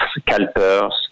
CalPERS